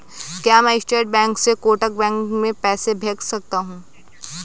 क्या मैं state bank से कोटक बैंक में पैसे भेज सकता हूँ?